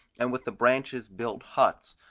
and with the branches build huts,